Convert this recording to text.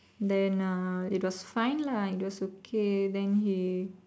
then uh it was fine lah it was okay then he